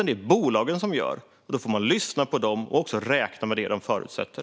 Det är bolagen som gör det, och då får man lyssna på dem och räkna med det som de förutsätter.